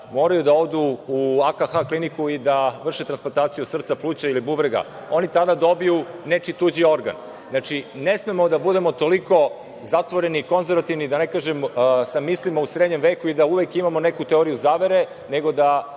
moraju da odu u AKH kliniku i da vrše transplantaciju srca, pluća ili bubrega. Oni tada dobiju nečiji tuđi organ. Znači, ne smemo da budemo toliko zatvoreni i konzervativni, da ne kažem sa mislima u srednjem veku i da uvek imamo neku teoriju zavere, nego da